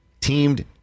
teamed